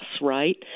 right